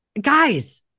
Guys